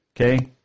okay